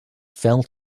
fell